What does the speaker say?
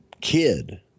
kid